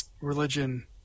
religion